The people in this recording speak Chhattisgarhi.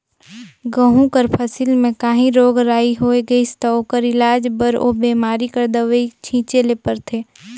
गहूँ कर फसिल में काहीं रोग राई होए गइस ता ओकर इलाज बर ओ बेमारी कर दवई छींचे ले परथे